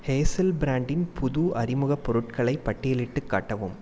hazel ப்ராண்டின் புது அறிமுகப் பொருட்களை பட்டியலிட்டுக் காட்டவும்